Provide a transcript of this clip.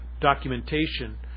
documentation